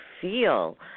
feel